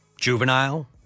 Juvenile